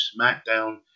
SmackDown